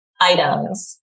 items